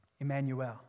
Emmanuel